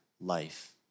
life